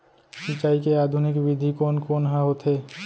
सिंचाई के आधुनिक विधि कोन कोन ह होथे?